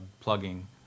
plugging